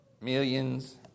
Millions